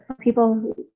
people